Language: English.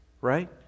Right